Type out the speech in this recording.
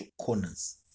corners